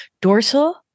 Dorsal